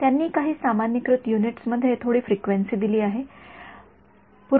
त्यांनी काही सामान्यीकृत युनिट्स मध्ये थोडी फ्रिक्वेन्सी दिली आहे 0